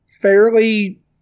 fairly